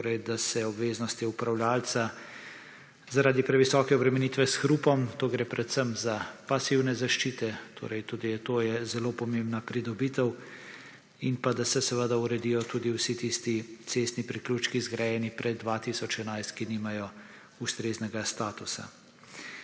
torej da se obveznosti upravljavca zaradi previsoke obremenitve s hrupom, tu gre predvsem za pasivne zaščite, torej tudi to je zelo pomembna pridobitev, in pa da se seveda uredijo tudi vsi tisti cestni priključki, zgrajeni pred 2011, ki nimajo ustreznega statusa.